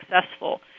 successful